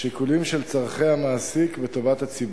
שיקולים של צורכי המעסיק וטובת הציבור,